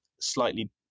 slightly